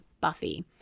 Buffy